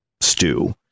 stew